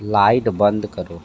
light बंद करो